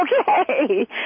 Okay